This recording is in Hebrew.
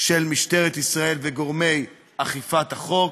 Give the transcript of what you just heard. של משטרת ישראל וגורמי אכיפת החוק,